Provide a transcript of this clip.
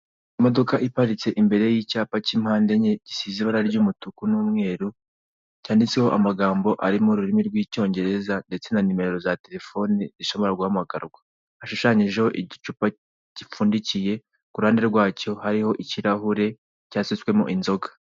Imodoka iparitse imbere y'icyapa cy'impande enye gisize ibara ry'umutuku n'umweru cyanditseho amagambo ari m'ururimi rw'icyongereza ndetse na nimero za terefone ishobora guhamagarwa, hashushanyijeho igicupa gipfundikiye k'uruhande rwacyo hari ikirahure cyasutswemo inzoga.